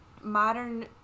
modern